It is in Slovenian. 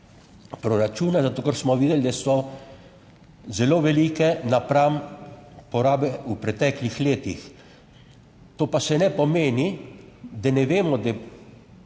proračuna zato, ker smo videli, da so zelo velike napram porabe v preteklih letih, to pa še ne pomeni, da ne vemo, da